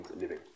living